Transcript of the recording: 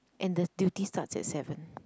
and the duty starts at seven